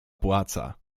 płaca